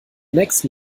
nächsten